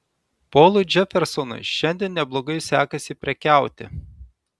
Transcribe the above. polui džefersonui šiandien neblogai sekasi prekiauti